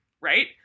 right